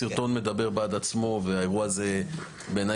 הסרטון מדבר בעד עצמו והאירוע הזה שערורייתי,